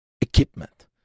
equipment